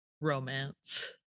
romance